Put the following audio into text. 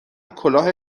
کلاه